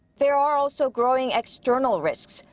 there are also growing external risks.